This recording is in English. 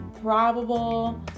probable